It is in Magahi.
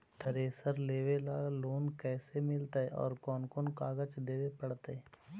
थरेसर लेबे ल लोन कैसे मिलतइ और कोन कोन कागज देबे पड़तै?